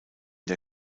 der